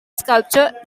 sculptor